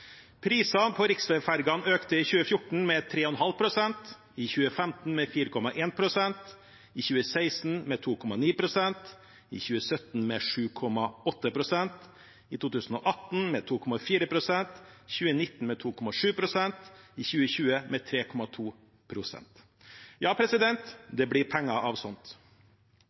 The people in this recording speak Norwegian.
på riksveifergene økte i 2014 med 3,5 pst., i 2015 med 4,1 pst., i 2016 med 2,9 pst., i 2017 med 7,8 pst., i 2018 med 2,4 pst., i 2019 med 2,7 pst., i 2020 med 3,2 pst. Ja, det blir penger av sånt.